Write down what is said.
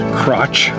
crotch